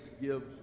gives